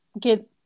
get